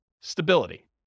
stability